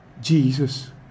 Jesus